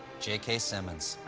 j k. simmons.